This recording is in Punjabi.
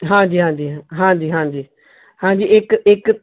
ਹਾਂਜੀ ਹਾਂਜੀ ਹਾਂਜੀ ਹਾਂਜੀ ਹਾਂਜੀ ਇੱਕ ਇੱਕ